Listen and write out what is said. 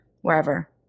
wherever